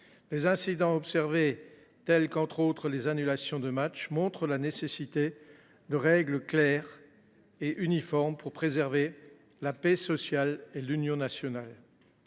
Les incidents observés, notamment les annulations de match, montrent la nécessité de règles claires et uniformes pour préserver la paix sociale et l’union nationale.